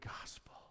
gospel